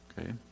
okay